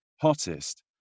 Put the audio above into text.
hottest